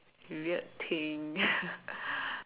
weird thing